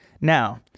Now